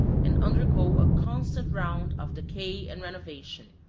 and undergo a constant round of decay and renovation.